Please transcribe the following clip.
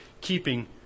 keeping